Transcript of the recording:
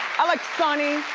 i like sonny